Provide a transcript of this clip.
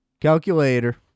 Calculator